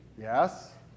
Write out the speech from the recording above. yes